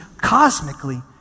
cosmically